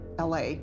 LA